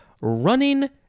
running